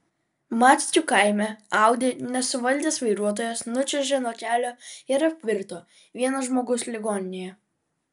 mackių kaime audi nesuvaldęs vairuotojas nučiuožė nuo kelio ir apvirto vienas žmogus ligoninėje